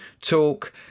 talk